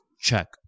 Check